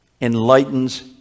enlightens